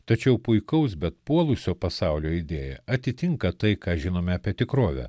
tačiau puikaus bet puolusio pasaulio idėja atitinka tai ką žinome apie tikrovę